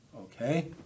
Okay